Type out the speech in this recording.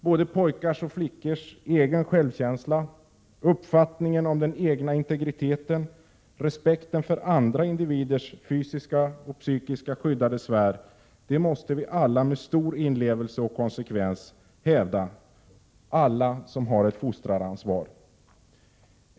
Både pojkars och flickors egen självkänsla, uppfattningen om den egna integriteten och respekten för andra individers fysiska och psykiska skyddade sfär måste med stor inlevelse och konsekvens hävdas av alla som har ett fostraransvar.